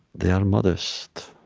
they are modest,